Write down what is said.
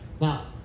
Now